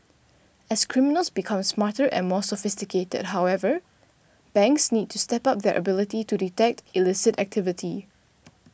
as criminals become smarter and more sophisticated however banks need to step up their ability to detect illicit activity